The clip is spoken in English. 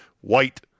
white